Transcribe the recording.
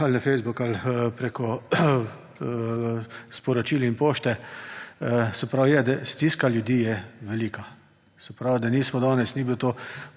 ali na Facebook ali preko sporočil in pošte. Se pravi, stiska ljudi je velika. Se pravi, da ni bilo danes